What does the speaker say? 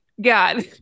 god